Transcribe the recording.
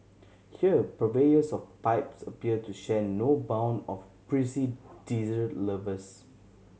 here purveyors of pipes appear to share no bond of prissy dessert lovers